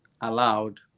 allowed